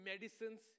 medicines